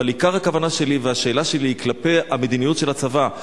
אבל עיקר הכוונה שלי והשאלה שלי היא כלפי המדיניות של הצבא.